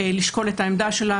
לשקול את העמדה שלה.